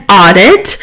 audit